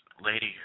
lady